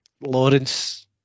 Lawrence